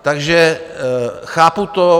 Takže chápu to.